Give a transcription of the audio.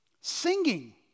Singing